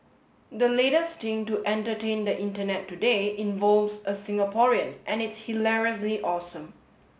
the latest thing to entertain the Internet today involves a Singaporean and it's hilariously awesome